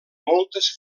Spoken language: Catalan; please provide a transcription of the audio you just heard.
moltes